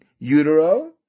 Utero